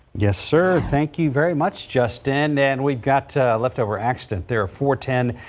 yes sir, thank you very much just and then we've got a leftover accident there for ten.